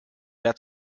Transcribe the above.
wer